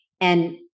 And-